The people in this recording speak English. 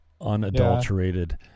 unadulterated